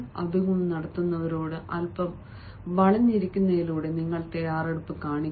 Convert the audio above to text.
അഭിമുഖം നടത്തുന്നവരോട് അല്പം വളയുന്നതിലൂടെ നിങ്ങൾ തയ്യാറെടുപ്പ് കാണിക്കും